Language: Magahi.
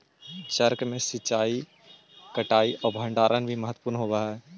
चक्र में सिंचाई, कटाई आउ भण्डारण भी महत्त्वपूर्ण होवऽ हइ